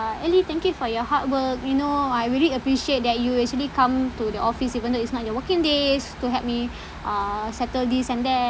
uh elly thank you for your hard work you know I really appreciate that you actually come to the office even though it's not your working days to help me uh settle this and that